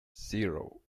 zero